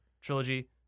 trilogy